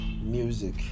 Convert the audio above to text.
music